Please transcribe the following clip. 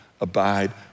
abide